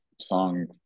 song